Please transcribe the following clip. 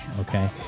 Okay